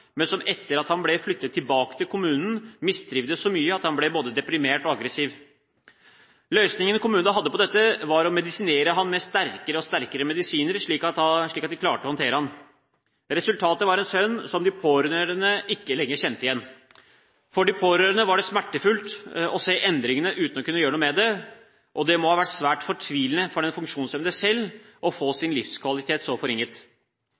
men som etter at han ble flyttet tilbake til kommunen, mistrivdes så mye at han ble både deprimert og aggressiv. Løsningen kommunen hadde på dette, var å medisinere ham med sterkere og sterkere medisiner, slik at de klarte å håndtere ham. Resultatet var en sønn som de pårørende ikke lenger kjente igjen. For de pårørende var det smertefullt å se endringene uten å kunne gjøre noe med det, og det må ha vært svært fortvilende for den funksjonshemmede selv å få sin livskvalitet så forringet.